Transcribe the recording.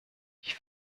ich